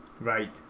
right